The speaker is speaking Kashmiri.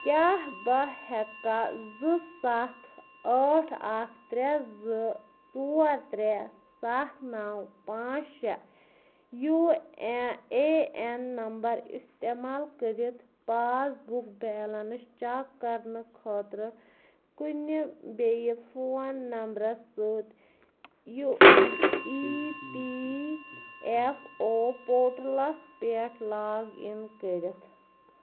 کیٛاہ بہٕ ہیٚکا زٕ ستھ ٲٹھ اکھ ترےٚ زٕ ژور ترےٚ ستھ نو پانژھ شےٚ یوٗ اَ اے این نمبر استعمال کٔرِتھ پاس بُک بیلنس چیک کرنہٕ خٲطرٕ کُنہِ بیٚیہِ فون نمبرَس سۭتۍ یُہ ای پی ایف او پورٹلس پٮ۪ٹھ لاگ اِن کٔرتھ